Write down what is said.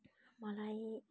मलाई